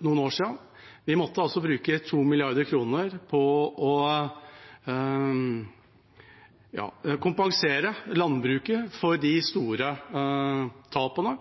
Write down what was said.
noen år siden. Vi måtte bruke 2 mrd. kr på å kompensere landbruket for de store tapene